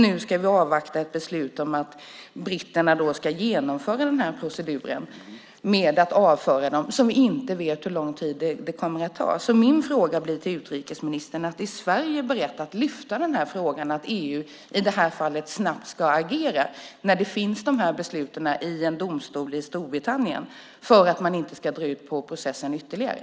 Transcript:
Nu ska vi avvakta ett beslut om att britterna ska genomföra den här proceduren med att avföra dem, och vi vet inte hur lång tid det kommer att ta. Min fråga till utrikesministern blir: Är Sverige berett att lyfta upp frågan att EU ska agera snabbt i det här fallet, eftersom de här besluten finns i en domstol i Storbritannien, för att man inte ska dra ut på processen ytterligare?